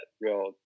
real